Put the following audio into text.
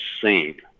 seen